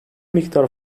miktar